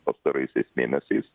pastaraisiais mėnesiais